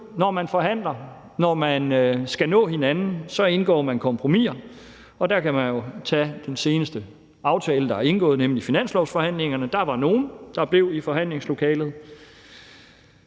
når man forhandler, og når man skal nå hinanden, indgår man kompromiser. Der kan man jo tage den seneste aftale, der er indgået, nemlig finanslovsforhandlingerne. Der var nogle, der blev i forhandlingslokalet,